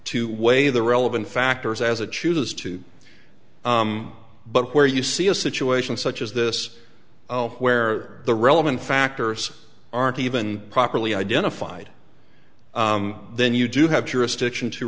to weigh the relevant factors as a chooses to but where you see a situation such as this where the relevant factors aren't even properly identified then you do have jurisdiction to